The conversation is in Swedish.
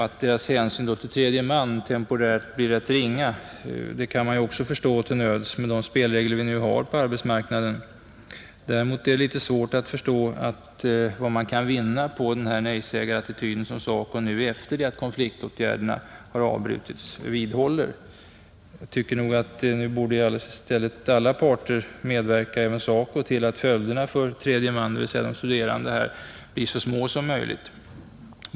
Att deras hänsyn till tredje man då, temporärt, blir relativt ringa kan man också till nöds förstå, med de spelregler vi nu har på arbetsmarknaden. Däremot är det litet svårt att förstå, vad man i detta fall kan vinna på den nejsägarattityd som SACO nu, efter det att konfliktåtgärderna har avbrutits, vidhåller. Jag tycker att nu borde i stället alla parter, även SACO, medverka till att följderna för tredje man, dvs. de studerande, blir så små som möjligt.